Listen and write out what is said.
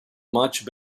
much